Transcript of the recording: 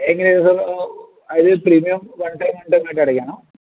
എങ്ങനെയാണു സാർ അതിൽ premium one time one time ആയിട്ടു അടക്കാനാണ്